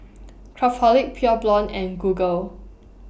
Craftholic Pure Blonde and Google